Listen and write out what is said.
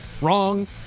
wrong